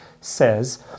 says